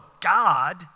God